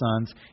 sons